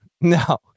No